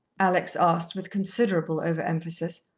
alex asked, with considerable over-emphasis.